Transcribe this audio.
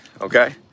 okay